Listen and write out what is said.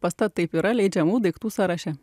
pasta taip yra leidžiamų daiktų sąraše